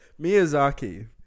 miyazaki